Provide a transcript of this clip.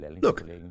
Look